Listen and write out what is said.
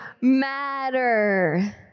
matter